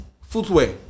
footwear